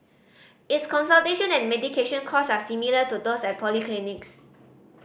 its consultation and medication cost are similar to those at polyclinics